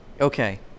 Okay